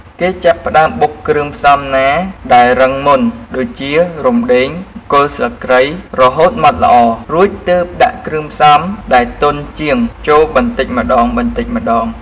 គេចាប់ផ្ដើមបុកគ្រឿងផ្សំណាដែលរឹងមុន ដូចជា រំដេង គល់ស្លឹកគ្រៃ រហូតម៉ដ្ឋល្អ រួចទើបដាក់គ្រឿងផ្សំដែលទន់ជាងចូលបន្តិចម្ដងៗ។